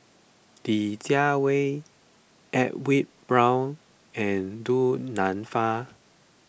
Li Jiawei Edwin Brown and Du Nanfa